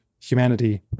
humanity